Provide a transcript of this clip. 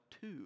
two